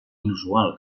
inusual